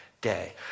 day